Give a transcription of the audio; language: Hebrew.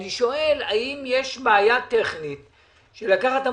אני שואל האם יש בעיה טכנית של לקחת עמותות,